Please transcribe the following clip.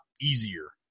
easier